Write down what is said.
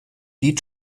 die